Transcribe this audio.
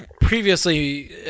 Previously